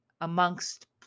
amongst